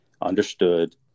understood